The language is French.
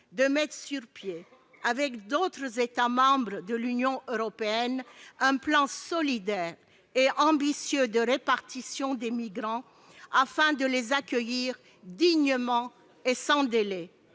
de mettre sur pied, avec d'autres États membres de l'Union européenne, un plan solidaire et ambitieux de répartition des migrants afin de les accueillir dignement et sans délai